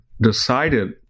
decided